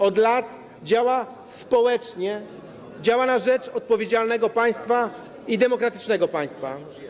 Od lat działa społecznie, działa na rzecz odpowiedzialnego państwa i demokratycznego państwa.